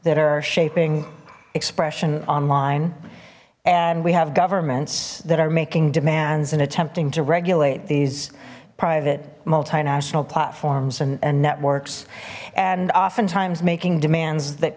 that are shaping expression online and we have governments that are making demands and attempting to regulate these private multinational platforms and networks and oftentimes making demands that